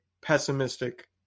pessimistic